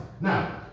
Now